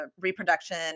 reproduction